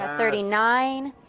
ah thirty nine,